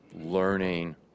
learning